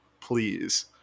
please